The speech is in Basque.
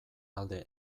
alde